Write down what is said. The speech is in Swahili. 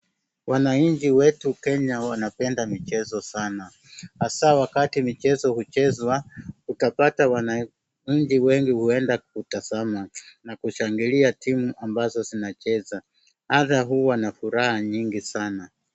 Wananchi wetu Kenya wanapenda michezo sana. Hasa wakati michezo huchezwa, utapata wananchi wengi huenda kutazama na kushangilia timu ambazo zinacheza. Hasa huwa na furaha nyingi sana.